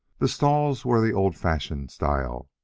the stalls were the old-fashioned style,